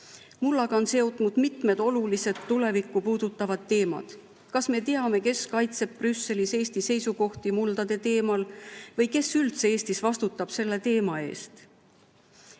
Mullaga on seotud mitmed olulised tulevikku puudutavad teemad. Kas me teame, kes kaitseb Brüsselis Eesti seisukohti muldade teemal või kes üldse Eestis vastutab selle teema eest?